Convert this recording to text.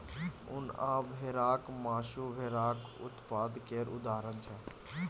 उन आ भेराक मासु भेराक उत्पाद केर उदाहरण छै